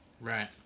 Right